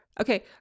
Okay